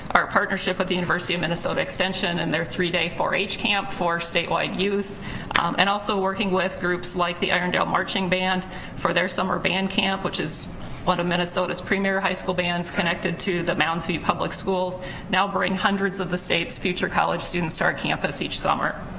our partnership with the university of minnesota extension and their three day four h camp for statewide youth and also working with groups like the irondale marching band for their summer band camp, which is one of minnesota's premier high school bands connected to the mounds view public schools now bring hundreds of the states' future college students to our campus each summer.